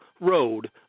Road